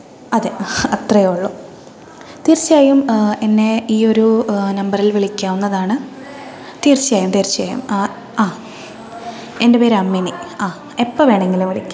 അതെ അത്രേയുള്ളൂ തീർച്ചയായും എന്നെ ഈ ഒരു നമ്പറിൽ വിളിക്കാവുന്നതാണ് തീർച്ചയായും തീർച്ചയായും ആ ആ എൻ്റെ പേര് അമ്മിണി ആ എപ്പം വേണമെങ്കിലും വിളിക്കാം